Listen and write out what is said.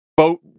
boat